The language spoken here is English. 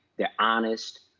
they're honest.